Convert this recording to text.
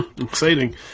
Exciting